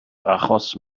achos